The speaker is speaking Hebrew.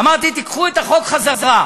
אמרתי: תיקחו את החוק חזרה.